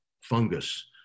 fungus